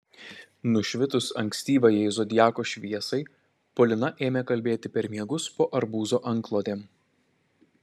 nušvitus ankstyvajai zodiako šviesai polina ėmė kalbėti per miegus po arbūzo antklodėm